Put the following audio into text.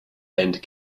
and